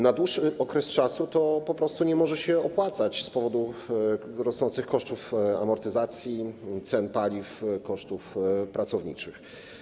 Na dłuższy czas to po prostu nie może się opłacać z powodu rosnących kosztów amortyzacji, cen paliw, kosztów pracowniczych.